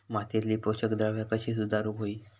मातीयेतली पोषकद्रव्या कशी सुधारुक होई?